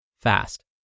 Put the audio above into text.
fast